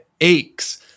aches